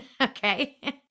okay